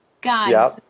guys